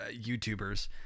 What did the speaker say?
YouTubers